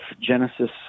Genesis